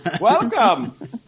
Welcome